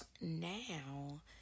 Now